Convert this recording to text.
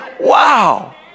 Wow